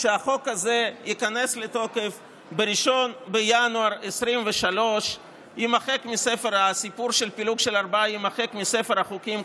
שהחוק הזה ייכנס לתוקף ב-1 בינואר 2023. הסיפור של פילוג של ארבעה יימחק מספר החוקים,